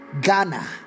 Ghana